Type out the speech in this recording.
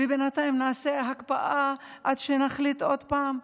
ובינתיים נעשה הקפאה עד שנחליט עוד פעם.